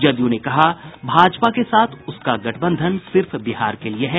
जदयू ने कहा भाजपा के साथ उसका गठबंधन सिर्फ बिहार के लिये है